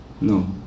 no